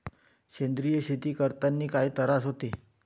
सेंद्रिय शेती करतांनी काय तरास होते?